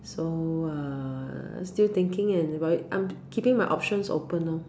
so uh still thinking about it I'm keeping my options open loh mm